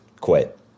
quit